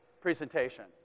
presentation